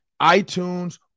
itunes